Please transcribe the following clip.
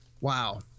Wow